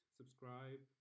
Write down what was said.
subscribe